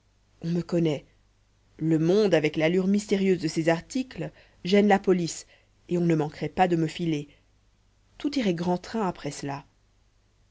on me connaît le monde avec l'allure mystérieuse de ses articles gêne la police et on ne manquerait pas de me filer tout irait grand train après cela